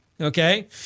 okay